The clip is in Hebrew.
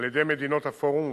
על-ידי מדינות הפורום,